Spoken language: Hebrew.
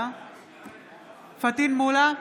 בעד פטין מולא,